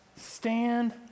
stand